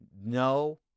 no